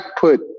put